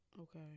Okay